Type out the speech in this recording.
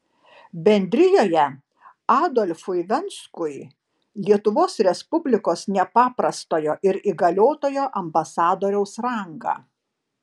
bendrijoje adolfui venskui lietuvos respublikos nepaprastojo ir įgaliotojo ambasadoriaus rangą